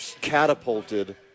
catapulted